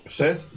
Przez